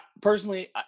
personally